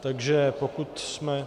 Takže pokud jsme...